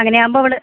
അങ്ങനെയാകുമ്പോൾ ഇവൾ